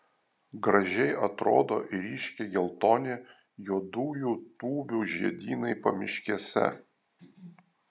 gražiai atrodo ir ryškiai geltoni juodųjų tūbių žiedynai pamiškėse